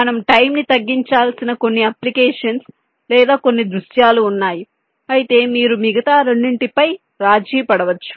మనము టైం ని తగ్గించాల్సిన కొన్ని అప్లికేషన్స్ లేదా కొన్ని దృశ్యాలు ఉన్నాయి అయితే మీరు మిగతా రెండింటిపై రాజీ పడవచ్చు